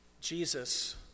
Jesus